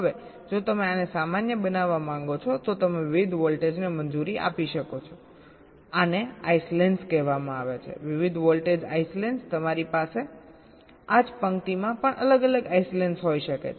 હવે જો તમે આને સામાન્ય બનાવવા માંગો છો તો તમે વિવિધ વોલ્ટેજને મંજૂરી આપી શકો છો આને આઈસલેંડ્સ કહેવામાં આવે છે વિવિધ વોલ્ટેજ આઈસલેંડ્સ તમારી પાસે આ જ પંક્તિમાં પણ અલગ અલગ આઈસલેંડ્સ હોઈ શકે છે